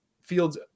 field's